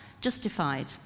justified